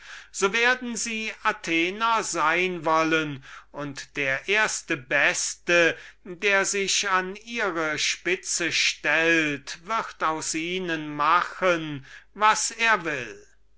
so werden sie athenienser sein wollen und der erste beste der sich an ihre spitze stellt wird aus ihnen machen können was er will